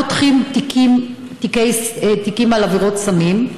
אני יודעת שלא פותחים תיקים על עבירות סמים.